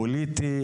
פוליטי,